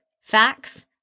Facts